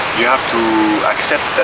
you have to accept that